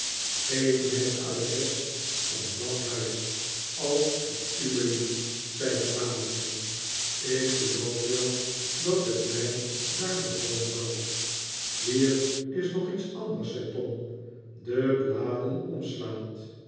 geef mij het adres van dat huis als het u belieft zei het dametje ik geloof wel dat het mij daar bevallen zal hier is nog iets anders zei tom de bladen omslaand